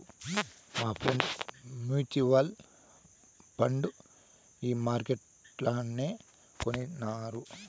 మాఫ్రెండ్ mutual fund ఈ మార్కెట్లనే కొనినారు